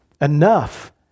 Enough